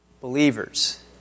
believers